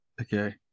Okay